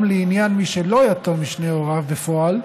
לעניין מי שלא יתום משני הוריו בפועל,